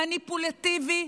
מניפולטיבי,